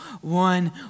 one